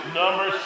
number